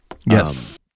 Yes